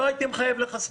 לא הייתי מחייב לחסן.